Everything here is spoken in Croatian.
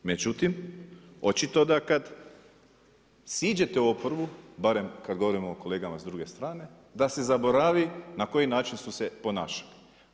Međutim, očito da kada siđete u oporbu, barem kada govorimo o kolegama s druge strane da se zaboravi na koji način su se ponašali.